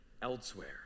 elsewhere